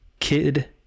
kid